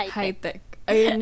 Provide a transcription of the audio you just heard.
high-tech